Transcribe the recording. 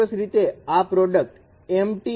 ચોક્કસ રીતે આ પ્રોડક્ટ mT C m